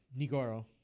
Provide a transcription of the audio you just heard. nigoro